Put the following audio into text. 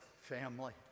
family